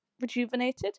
rejuvenated